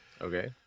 Okay